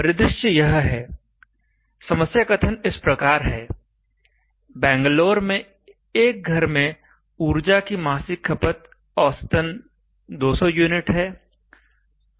परिदृश्य यह है समस्या कथन इस प्रकार है बैंगलोर में एक घर में ऊर्जा की मासिक खपत औसतन 200 यूनिट है